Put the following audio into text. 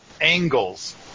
angles